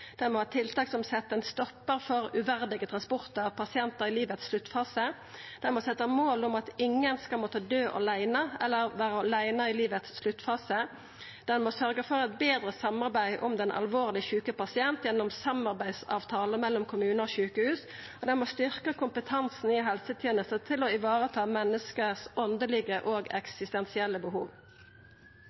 må ha tiltak som set ein stoppar for uverdige transportar av pasientar i sluttfasen av livet. Han må setja mål om at ingen skal måtta døy åleine eller vera åleine i sluttfasen av livet. Han må sørgja for eit betre samarbeid om den alvorleg sjuke pasienten gjennom samarbeidsavtale mellom kommunar og sjukehus. Og han må styrkja kompetansen i helsetenesta til å vareta dei åndelege og eksistensielle